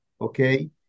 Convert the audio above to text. okay